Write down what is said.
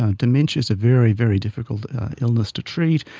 ah dementia is a very, very difficult illness to treat.